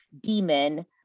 demon